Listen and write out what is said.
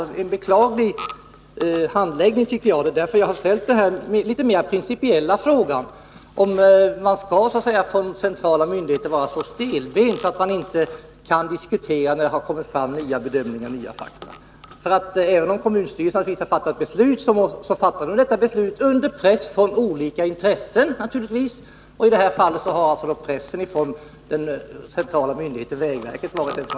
Det är en beklaglig handläggning, tycker jag, och det är därför jag har ställt denna litet mer principiella fråga, om man från centrala myndigheters sida skall vara så stelbent, att man inte kan diskutera, när det kommit fram nya fakta. Kommunstyrelsen har fattat beslut, och har gjort det under press från olika intressen — naturligtvis. I det här fallet har pressen från den centrala myndigheten, vägverket, vägt över.